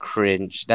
Cringe